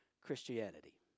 Christianity